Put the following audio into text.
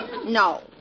No